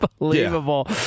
Unbelievable